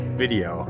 video